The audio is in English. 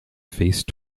faced